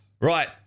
Right